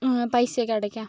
പൈസ ഒക്കെ അടയ്ക്കാം